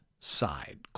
side